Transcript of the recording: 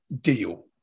Deal